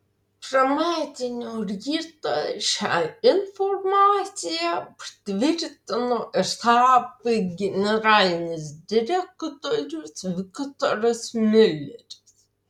pirmadienio rytą šią informaciją patvirtino ir saab generalinis direktorius viktoras miuleris